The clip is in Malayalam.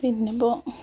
പിന്നെ ഇപ്പോൾ